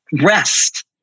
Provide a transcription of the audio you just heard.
rest